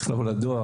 צריך לבוא לדואר,